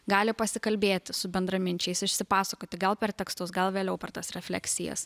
gali pasikalbėti su bendraminčiais išsipasakoti gal per tekstus gal vėliau per tas refleksijas